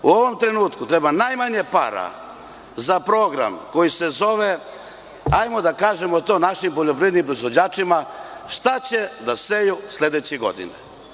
U ovom trenutku treba najmanje para za program koji se zove - hajde da kažemo to našim poljoprivrednim proizvođačima šta će da seju sledeće godine.